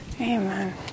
Amen